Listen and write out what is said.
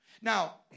Now